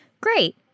Great